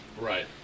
Right